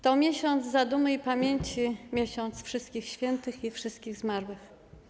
To miesiąc zadumy i pamięci, miesiąc wszystkich świętych i wszystkich zmarłych.